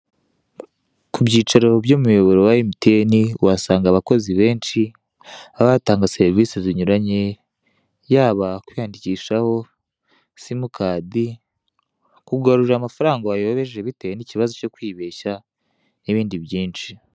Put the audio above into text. Ku byicaro by'umuyoboro wa MTN uhasanga abakozi benshi haba hatanga serivise zinyuranye yaba kwiyandikishaho simukadi, kukugarurira amafaranga wayobeje bitewe n'ikibazo cyo kwibeshya n'ibindi byinshi.